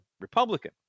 Republican